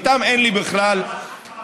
איתם אין לי בכלל, ראש הממשלה שלך, עלוב.